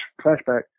Flashback